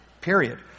Period